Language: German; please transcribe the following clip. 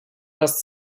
das